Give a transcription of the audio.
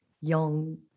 young